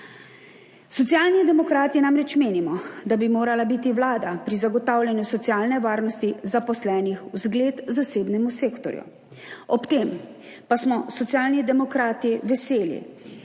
Socialni demokrati namreč menimo, da bi morala biti vlada pri zagotavljanju socialne varnosti zaposlenih v zgled zasebnemu sektorju. Ob tem pa smo Socialni demokrati veseli,